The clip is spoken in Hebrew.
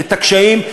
את הקשיים,